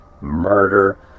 murder